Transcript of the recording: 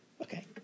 Okay